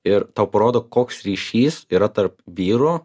ir tau parodo koks ryšys yra tarp vyrų